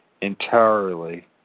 entirely